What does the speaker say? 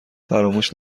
فراموش